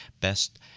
best